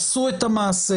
עשו את המעשה.